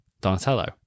donatello